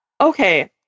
okay